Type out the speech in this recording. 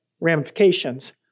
ramifications